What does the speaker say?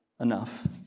enough